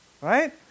right